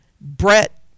Brett